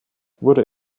wurde